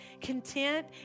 Content